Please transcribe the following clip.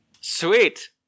Sweet